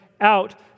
out